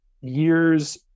years